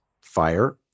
fire